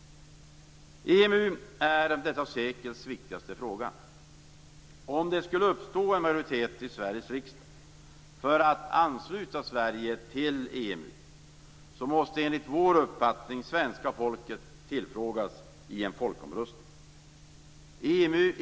EMU är detta sekels viktigaste fråga. Om det skulle uppstå en majoritet i Sveriges riksdag för att ansluta Sverige till EMU måste enligt vår uppfattning svenska folket tillfrågas i en folkomröstning.